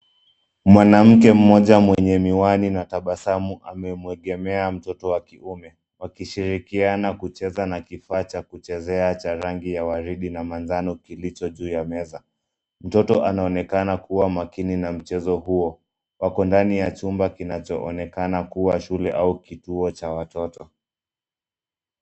Mwanamke mmoja mwenye miwani na tabasamu amemwegemea mtoto wa kiume, wakishirikiana kucheza na kifaa cha kuchezea cha rangi ya waridi na manjano kilicho juu ya meza. Mtoto anaonekana kuwa makini na mchezo huo. Wako ndani ya chumba kinachoonekana kuwa shule au kituo cha watoto.